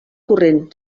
corrent